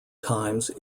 times